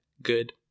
good